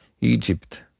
Egypt